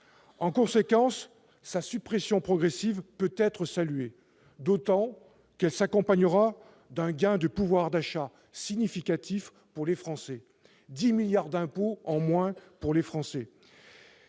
En conséquence, sa suppression progressive peut être saluée, d'autant qu'elle s'accompagnera d'un gain de pouvoir d'achat significatif pour les Français : 10 milliards d'euros d'impôts en moins ! Cette réforme